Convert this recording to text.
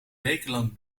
wekenlang